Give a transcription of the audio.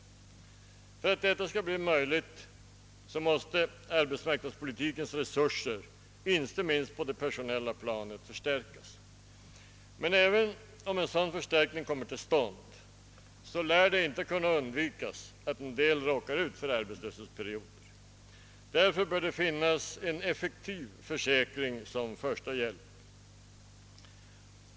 Men för att detta skall bli möjligt måste arbetsmarknadspolitikens resurser, inte minst på dei personella planet, förstärkas. Även om en sådan förstärkning kommer till stånd lär det dock inte kunna undvikas att en del människor råkar ut för arbetslöshetsperioder, och därför bör det finnas en effektiv försäkring som första hjälp.